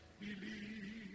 believe